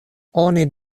oni